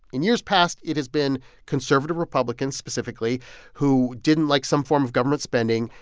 in years past, it has been conservative republicans specifically who didn't like some form of government spending.